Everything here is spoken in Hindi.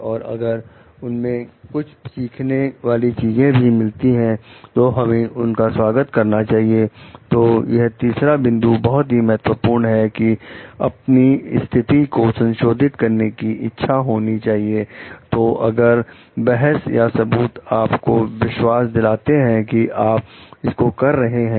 और अगर उनसे कुछ सीखने वाली चीज भी मिलती है तो हमें उसका स्वागत करना चाहिए तो यह तीसरा बिंदु बहुत ही महत्वपूर्ण है कि अपनी स्थिति को संशोधित करने की इच्छा होनी चाहिए तो अगर बहस या सबूत आपको विश्वास दिलाते हैं कि आप इसको कर रहे हैं